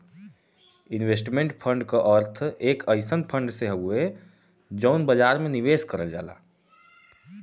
investment fund क अर्थ एक अइसन फण्ड से हउवे जौन बाजार में निवेश करल जाला